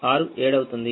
6 7 అవుతుంది